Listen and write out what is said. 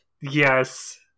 yes